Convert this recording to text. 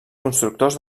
constructors